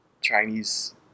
Chinese